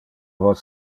vos